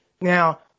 Now